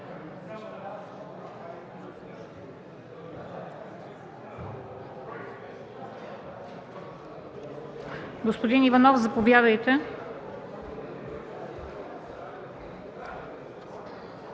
Господин Иванов, заповядайте.